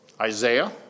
Isaiah